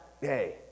hey